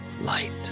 light